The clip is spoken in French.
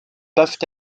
peuvent